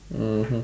mmhmm